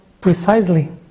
precisely